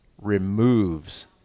removes